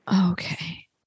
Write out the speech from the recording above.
Okay